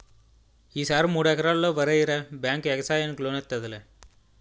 ఈ సారి మూడెకరల్లో వరెయ్యరా బేంకు యెగసాయానికి లోనిత్తాదిలే